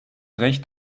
recht